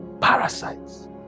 Parasites